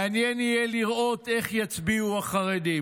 מעניין יהיה לראות איך יצביעו החרדים